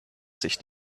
sich